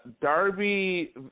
Darby